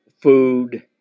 food